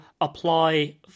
apply